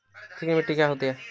चिकनी मिट्टी क्या होती है?